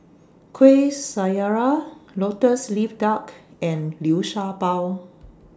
Kuih Syara Lotus Leaf Duck and Liu Sha Bao